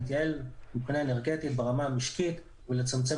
להתייעל מבחינה האנרגטית ברמה המשקית ולצמצם